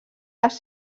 les